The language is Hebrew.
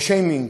לשיימינג,